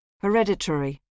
Hereditary